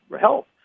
help